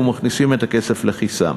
ומכניסים את הכסף לכיסם.